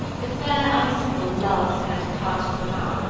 the fair icicle loves her departed mamma,